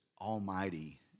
almighty